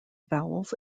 vowels